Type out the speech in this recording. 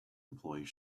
employee